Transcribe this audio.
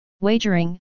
Wagering